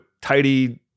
tidy